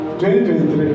2023